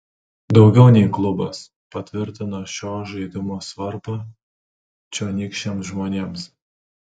daugiau nei klubas patvirtina šio žaidimo svarbą čionykščiams žmonėms